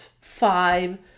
five